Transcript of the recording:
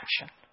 action